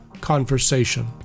conversation